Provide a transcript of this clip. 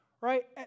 right